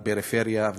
בפריפריה,